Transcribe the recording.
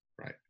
Right